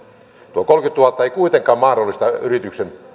tuo kolmekymmentätuhatta ei kuitenkaan mahdollista yrityksen